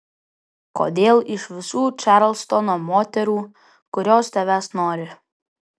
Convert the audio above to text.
kodėl iš visų čarlstono moterų kurios tavęs nori